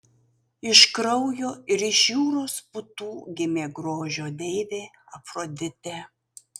iš kraujo ir iš jūros putų gimė grožio deivė afroditė